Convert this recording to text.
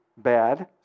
bad